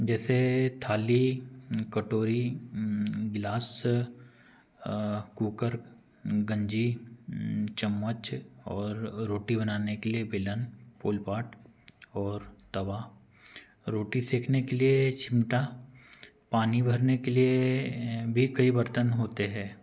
जैसे थाली कटोरी गिलास कूकर गंजी चम्मच और रोटी बनाने के लिए बेलन पुल बाट और तवा और रोटी सेंकने के लिए चिमटा पानी भरने के लिए भी कई बर्तन होते हैं